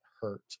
hurt